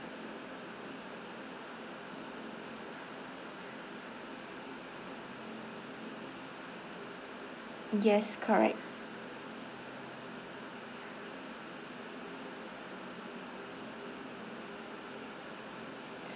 yes correct